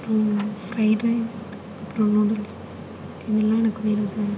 அப்றம் fried rice அப்றம் noodles இது எல்லாம் எனக்கு வேணும் சார்